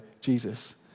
Jesus